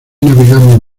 navegamos